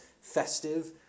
festive